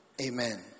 amen